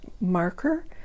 marker